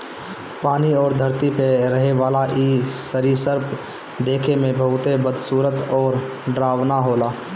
पानी अउरी धरती पे रहेवाला इ सरीसृप देखे में बहुते बदसूरत अउरी डरावना होला